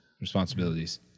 responsibilities